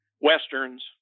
westerns